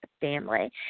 family